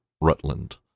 Rutland